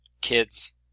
kids